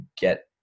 get